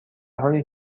حالی